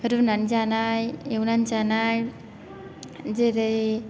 रुनानै जानाय एवनानै जानाय जेरै